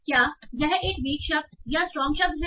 क्या यह एक वीक शब्द या स्ट्रांग शब्द है